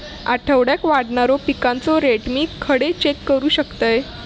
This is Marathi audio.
आठवड्याक वाढणारो पिकांचो रेट मी खडे चेक करू शकतय?